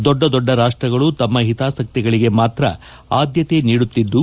ದೊಡ್ಡ ದೊಡ್ಡ ರಾಷ್ಟಗಳು ತಮ್ಮ ತಮ್ಮ ಹಿತಾಸಕ್ತಿಗಳಿಗೆ ಮಾತ್ರ ಆದ್ದತೆ ನೀಡುತ್ತಿದ್ದು